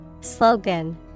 Slogan